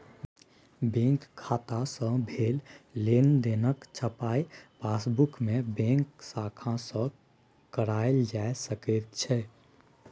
bank खाता सँ भेल लेनदेनक छपाई पासबुकमे बैंक शाखा सँ कराएल जा सकैत छै